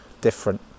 different